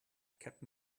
kept